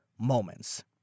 moments